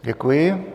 Děkuji.